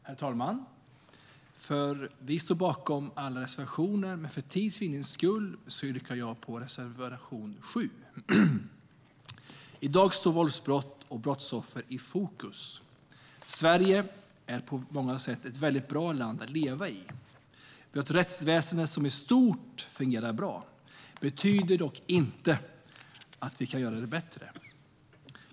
Herr talman! Vi står bakom alla reservationer, men för tids vinnande yrkar jag bifall endast till reservation 7. I dag står våldsbrott och brottsoffer i fokus. Sverige är på många sätt ett väldigt bra land att leva i. Vi har ett rättsväsen som i stort fungerar bra. Det betyder dock inte att vi inte kan göra det bättre.